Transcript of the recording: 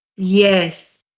Yes